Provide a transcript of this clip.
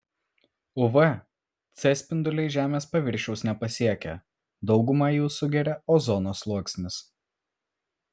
uv c spinduliai žemės paviršiaus nepasiekia daugumą jų sugeria ozono sluoksnis